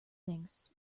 things